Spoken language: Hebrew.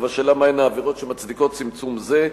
ובשאלה מהן העבירות שמצדיקות צמצום זה.